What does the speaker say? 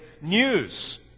news